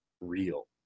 real